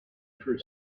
for